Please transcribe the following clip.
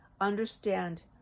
understand